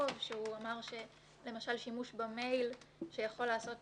שהוא אמר למשל ששימוש במייל שיכול לעשות